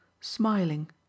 smiling